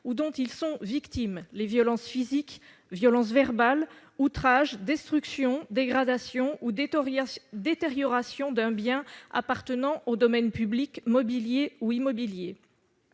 ou dont ils sont les victimes : violences physiques, violences verbales, outrages, destruction, dégradation ou détérioration de biens appartenant au domaine public mobilier ou immobilier.